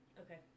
okay